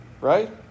right